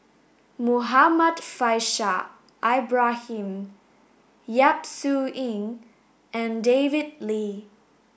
Muhammad Faishal Ibrahim Yap Su Yin and David Lee